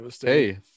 hey